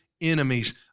enemies